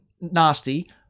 nasty